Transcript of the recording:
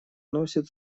носит